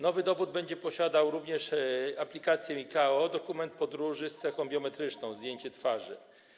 Nowy dowód będzie posiadał również aplikację ICAO, czyli dokument podróży z cechą biometryczną: zdjęcie twarzy.